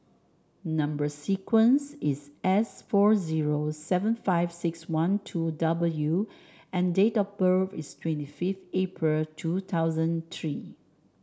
number sequence is S four zero seven five six one two W and date of birth is twenty five April two thousand three